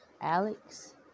Alex